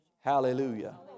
Hallelujah